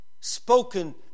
spoken